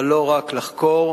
אבל לא רק לחקור,